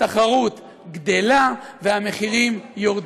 התחרות גדלה והמחירים יורדים,